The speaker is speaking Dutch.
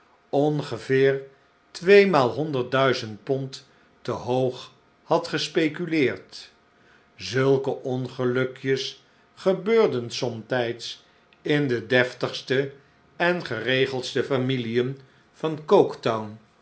ongeveer tweemaal honderdduizend pond te hoog had gespeculeerd zulke ongelukjes gebeurden somtijds in de deftigste en geregeldste familien van